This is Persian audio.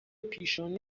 پیشانی